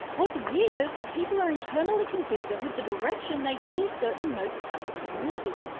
what's weirder is that people are internally consistent with the direction they hear certain note patterns moving.